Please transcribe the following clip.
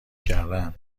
کردن